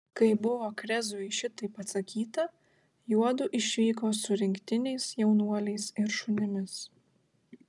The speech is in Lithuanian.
kai buvo krezui šitaip atsakyta juodu išvyko su rinktiniais jaunuoliais ir šunimis